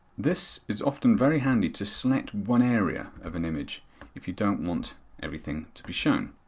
this is often very handy to select one area of an image if you don't want everything to be shown.